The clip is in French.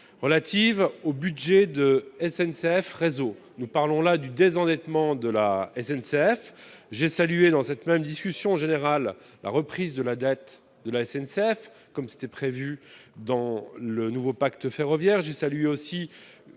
relatives au budget de SNCF, réseau, nous parlons là du désendettement de la SNCF j'ai salué dans cette même discussion générale la reprise de la dette de la SNCF, comme c'était prévu dans le nouveau pacte ferroviaire je salue aussi